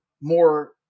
more